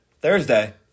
Thursday